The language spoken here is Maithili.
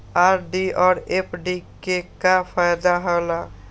आर.डी और एफ.डी के का फायदा हौला?